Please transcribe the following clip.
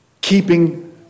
keeping